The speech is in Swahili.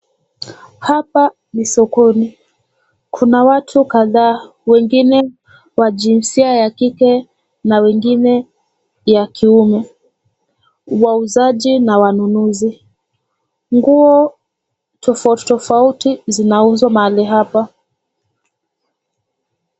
Hapa ni sokoni kuna watu kadhaa. Wengine wa jinsia ya kike na wengine ya kiume. Wauzaji na wanunuzi. Nguo tofauti zinauzwa mahali hapa.